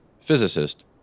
physicist